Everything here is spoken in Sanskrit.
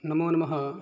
नमो नमः